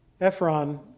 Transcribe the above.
Ephron